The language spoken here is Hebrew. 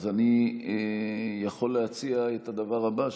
אני יכול להציע את הדבר הבא,